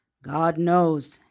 god knows,